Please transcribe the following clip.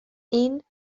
این